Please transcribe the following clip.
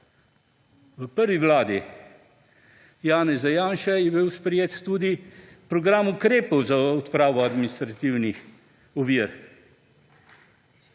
V prvi vladi Janeza Janše je bil sprejet tudi program ukrepov za odpravo administrativnih ovir.